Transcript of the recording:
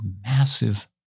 massive